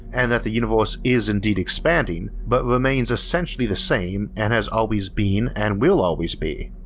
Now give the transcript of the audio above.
and that the universe is indeed expanding but remains essentially the same and has always been and will always be.